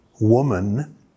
woman